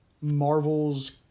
Marvel's